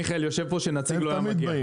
מיכאל ביטון יושב כאן - שנציג לא היה מגיע.